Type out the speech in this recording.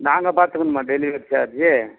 நாங்கள் பார்த்துக்கணுமா delivery charge